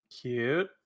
Cute